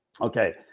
okay